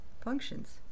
functions